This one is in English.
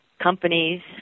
Companies